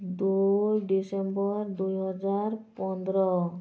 ଦୁଇ ଡିସେମ୍ବର ଦୁଇ ହଜାର ପନ୍ଦର